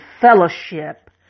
fellowship